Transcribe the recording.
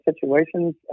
situations